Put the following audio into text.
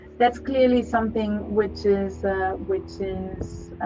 that's clearly something which is which is